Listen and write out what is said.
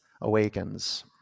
awakens